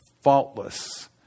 faultless